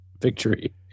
victory